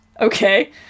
Okay